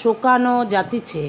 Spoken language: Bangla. শোকানো যাতিছে